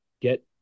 get